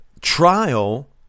trial